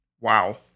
Wow